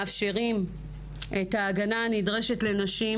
מאפשרים את ההגנה הנדרשת לנשים,